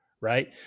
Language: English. right